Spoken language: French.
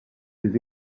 des